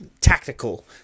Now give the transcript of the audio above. tactical